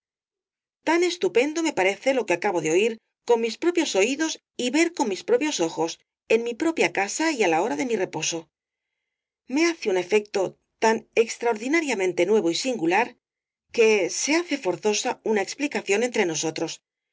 tan estupendo me parece lo que acabo de oir con mis propios oídos y ver con mis propios ojos en mi propia casa á la hora de mi reposo me hace un efecto tan extraordinariameate nuevo y singular que se hace forzosa una explicación entre nosotros